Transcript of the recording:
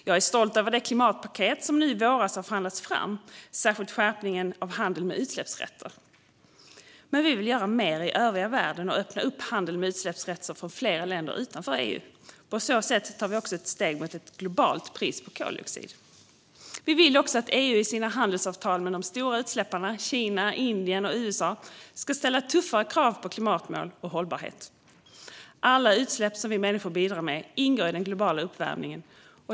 Jag är stolt över det klimatpaket som nu i vår har förhandlats fram, särskilt skärpningen av handeln med utsläppsrätter. Men vi vill göra mer i övriga världen och öppna upp handeln med utsläppsrätter för fler länder utanför EU. På så sätt tar vi också ett steg mot ett globalt pris på koldioxid. Vi vill också att EU i sina handelsavtal med de stora utsläpparna Kina, Indien och USA ska ställa tuffare krav på klimatmål och hållbarhet. Alla utsläpp som vi människor bidrar med ingår i den globala uppvärmningen.